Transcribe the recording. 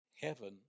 heaven